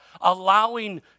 allowing